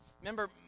remember